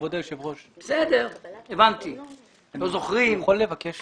כבוד היושב ראש, אני יכול לבקש